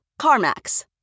CarMax